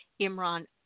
Imran